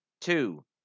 two